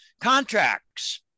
contracts